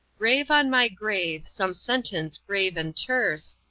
grave on my grave some sentence grave and terse,